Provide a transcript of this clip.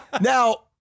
Now